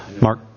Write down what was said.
Mark